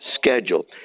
schedule